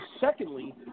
secondly